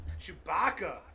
Chewbacca